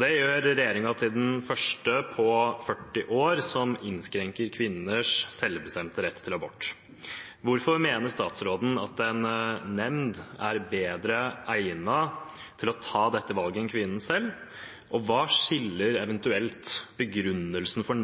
Det gjør regjeringen til den første på 40 år som innskrenker kvinners selvbestemte rett til abort. Hvorfor mener statsråden at en nemnd er bedre egnet til å ta dette valget enn kvinnen selv, og hva skiller eventuelt begrunnelsen for